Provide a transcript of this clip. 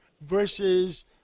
versus